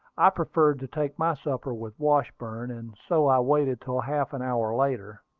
i preferred to take my supper with washburn, and so i waited till half an hour later.